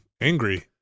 Angry